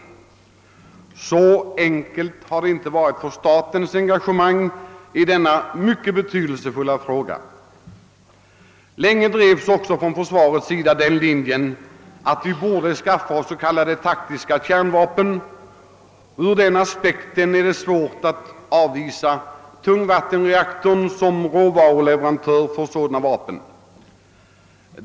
Men så enkelt har det inte varit för statens engagemang i denna mycket betydelsefulla fråga. Länge drevs också från försvarets sida den linjen att vi borde skaffa oss s.k. taktiska kärnvapen, och med hänsyn därtill var det svårt att avvisa tungvattenreaktorn som råvaruleverantör.